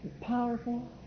powerful